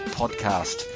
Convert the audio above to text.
podcast